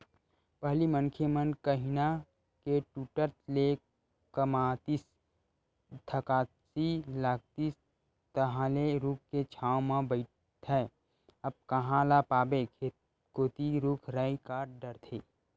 पहिली मनखे मन कनिहा के टूटत ले कमातिस थकासी लागतिस तहांले रूख के छांव म बइठय अब कांहा ल पाबे खेत कोती रुख राई कांट डरथे